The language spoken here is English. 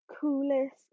coolest